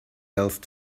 else